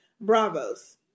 Bravos